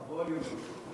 אדוני היושב-ראש,